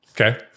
Okay